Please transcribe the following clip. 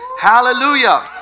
Hallelujah